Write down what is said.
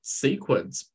sequence